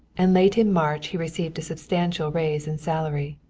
and late in march he received a substantial raise in salary.